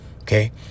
okay